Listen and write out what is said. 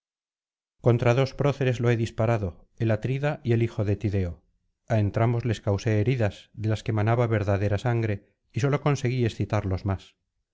contra dos proceres lo he disparado el atrida y el hijo de tideo á entrambos les causé heridas de las que manaba verdadera sangre y sólo conseguí excitarlos más